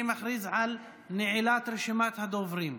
אני מכריז על נעילת רשימת הדוברים.